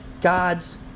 God's